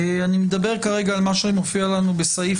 ואני מדבר כרגע על מה שמופיע לנו בסעיף